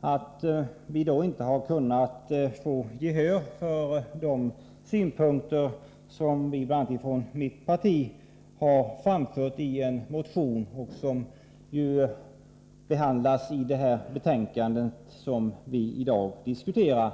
att vi inte kunnat få gehör för de synpunkter som vi bl.a. från mitt parti har framfört i en motion, som behandlas i det betänkande som vi i dag diskuterar.